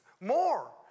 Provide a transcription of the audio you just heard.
more